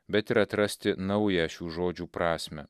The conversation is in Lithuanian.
bet ir atrasti naują šių žodžių prasmę